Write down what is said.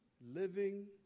living